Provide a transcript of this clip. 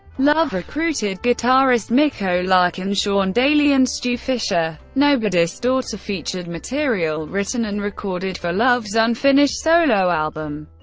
love recruited guitarist micko larkin, shawn dailey, and stu fisher. nobody's daughter featured material written and recorded for love's unfinished solo album,